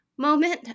Moment